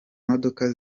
modoka